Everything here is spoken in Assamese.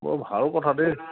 বৰ ভাল কথা দেই